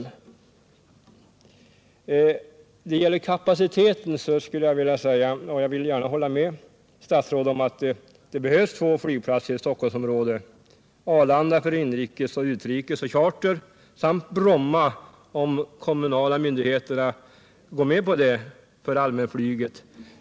När det gäller kapaciteten vill jag hålla med statsrådet om att det behövs två flygplatser inom Stockholmsområdet: Arlanda för inrikesflyg, utrikesflyg och charter samt Bromma —- om nu de kommunala myndigheterna går med på det — för allmänflyg.